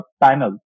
panel